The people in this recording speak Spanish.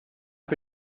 las